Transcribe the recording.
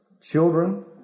children